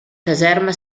caserma